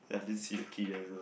ya I didn't see that key there also